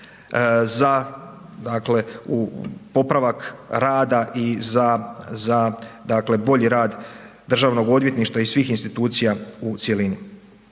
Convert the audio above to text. za, dakle, u popravak rada i za, za dakle, bolji rad državnog odvjetništva i svih institucija u cjelini.